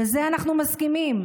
בזה אנחנו מסכימים.